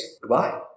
Goodbye